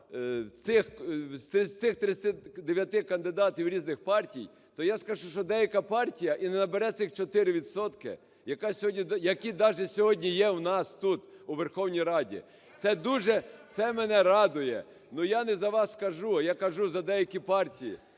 з цих 39 кандидатів різних партій, то я скажу, що деяка партія і не набере цих 4 відсотки, які даже сьогодні є в нас тут у Верховній Раді. Це дуже… це мене радує. Ну я не за вас кажу, а я кажу за деякі партії.